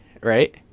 right